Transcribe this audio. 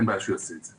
אין בעיה שיעשה את זה.